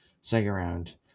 Second-round